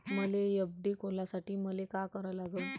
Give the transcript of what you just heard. मले एफ.डी खोलासाठी मले का करा लागन?